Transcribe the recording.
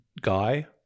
guy